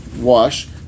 wash